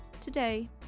Today